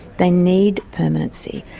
they need permanency,